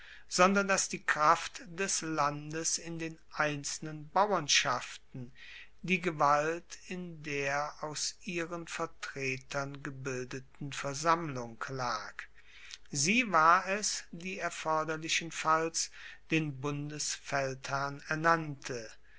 sondern dass die kraft des landes in den einzelnen bauernschaften die gewalt in der aus ihren vertretern gebildeten versammlung lag sie war es die erforderlichenfalls den bundesfeldherrn ernannte